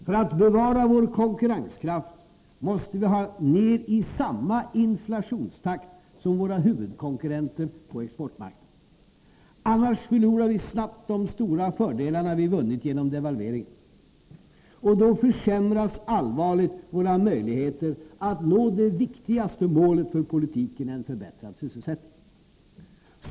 För att bevara vår konkurrenskraft måste vi ner i samma inflationstakt som våra huvudkonkurrenter på exportmarknaden. Annars förlorar vi snabbt de stora fördelar vi vunnit genom devalveringen. Och då försämras allvarligt våra möjligheter att nå det viktigaste målet för politiken: en förbättrad sysselsättning.